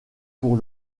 pour